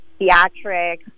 theatrics